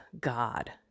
God